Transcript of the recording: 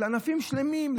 לענפים שלמים,